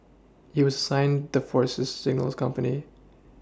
he was assigned the force's signals company